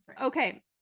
Okay